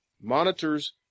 monitors